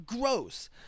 gross